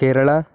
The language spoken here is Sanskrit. केरळा